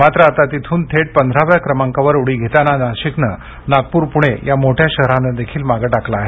मात्र आता तेथुन थेट पंधराव्या क्रमांकावर उडी घेताना नाशिकने नागपूर पूणे या मोठ्या शहरांना देखील मागे टाकले आहे